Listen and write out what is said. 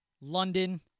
London